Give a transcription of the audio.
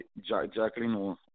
Jacqueline